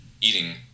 eating